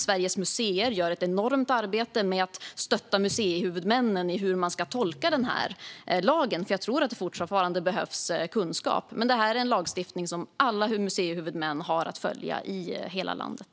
Sveriges museer gör ett enormt arbete med att stötta museihuvudmännen i hur de ska tolka lagen, och jag tror att det fortfarande behövs kunskap. Men detta är en lagstiftning som alla museihuvudmän har att följa i hela landet.